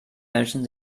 menschen